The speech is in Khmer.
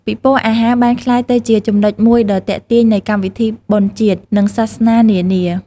ពិព័រណ៍អាហារបានក្លាយទៅជាចំណុចមួយដ៏ទាក់ទាញនៃកម្មវិធីបុណ្យជាតិ និងសាសនានានា។